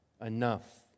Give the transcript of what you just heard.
enough